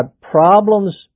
problems